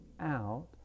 out